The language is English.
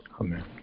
Amen